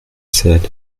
said